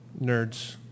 nerds